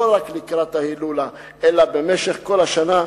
לא רק לקראת ההילולה אלא במשך כל השנה,